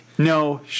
No